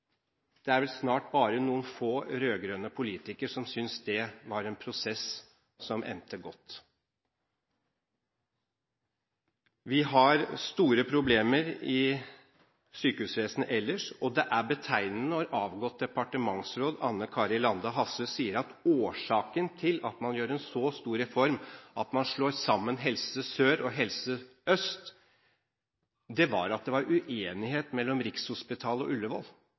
det er vel snart bare noen få rød-grønne politikere som synes det var en prosess som endte godt. Vi har store problemer i sykehusvesenet ellers, og det er betegnende når avgått departementsråd Anne Kari Lande Hasle sier at årsaken til at man gjennomførte en så stor reform der man slår sammen Helse Sør og Helse Øst, var at det var uenighet mellom Rikshospitalet og